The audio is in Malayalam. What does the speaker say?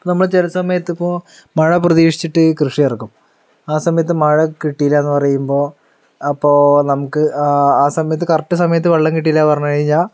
ഇപ്പോൾ നമ്മൾ ചില സമയത്ത് ഇപ്പോൾ മഴ പ്രതീക്ഷിച്ചിട്ട് കൃഷി ഇറക്കും ആ സമയത്ത് മഴ കിട്ടിയില്ലായെന്ന് പറയുമ്പോൾ അപ്പോൾ നമുക്ക് ആ സമയത്ത് കറക്റ്റ് സമയത്ത് വെള്ളം കിട്ടിയില്ല എന്ന് പറഞ്ഞു കഴിഞ്ഞാൽ